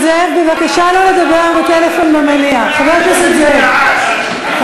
הסתה לגזענות בפרסום פרשנות לכתבי דת